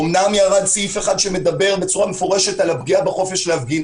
אומנם ירד סעיף אחד שמדבר בצורה מפורשת על הפגיעה בחופש להפגין,